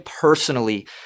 personally